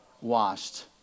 washed